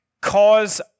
cause